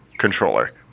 controller